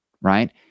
right